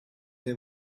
they